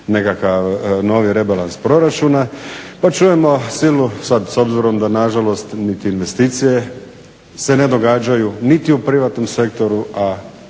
nekakav novi rebalans proračuna. pa čujemo silu sada s obzirom da nažalost niti investicije se ne događaju niti u privatnom sektoru, a očito